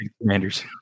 commanders